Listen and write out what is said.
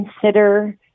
consider